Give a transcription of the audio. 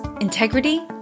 integrity